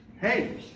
hey